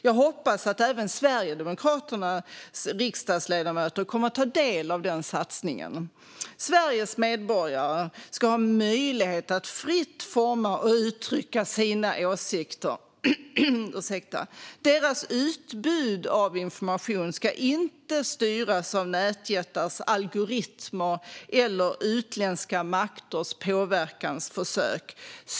Jag hoppas att även Sverigedemokraternas riksdagsledamöter kommer att ta del av den satsningen. Sveriges medborgare ska ha möjlighet att fritt forma och uttrycka sina åsikter. Deras utbud av information ska inte styras av nätjättars algoritmer eller utländska makters påverkansförsök.